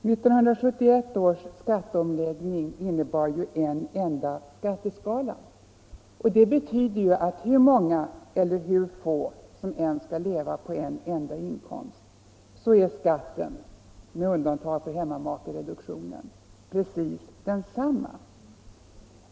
1971 års skatteomläggning innebar ju en ändrad skatteskala, och det betyder att hur många eller hur få som än skall leva på en enda inkomst så är skatten, med undantag för hemmamakereduktionen, precis densamma.